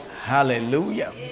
Hallelujah